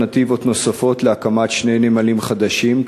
3. האם נבחנו אלטרנטיבות להקמת שני נמלים חדשים,